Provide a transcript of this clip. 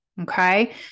Okay